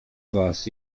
was